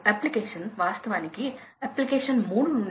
కాబట్టి మనకు 32